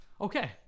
Okay